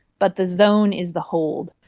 but the zone is the hold.